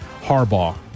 Harbaugh